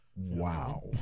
Wow